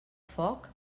foc